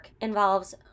involves